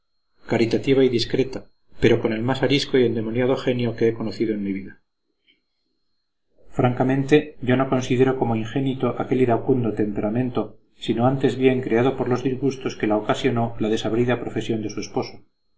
caritativa y discreta pero con el más arisco y endemoniado genio que he conocido en mi vida francamente yo no considero como ingénito aquel iracundo temperamento sino antes bien creado por los disgustos que la ocasionó la desabrida profesión de su esposo